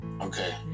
Okay